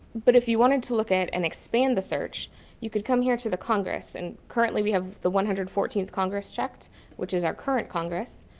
but if you wanted to look at an expand the search you can come here to the congress and currently we have the one hundred and fourteen congress checked which is our current congress,